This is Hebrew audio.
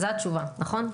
זאת התשובה, נכון?